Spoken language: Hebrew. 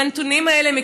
והנתונים האלה,